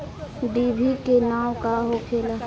डिभी के नाव का होखेला?